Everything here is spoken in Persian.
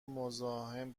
مزاحم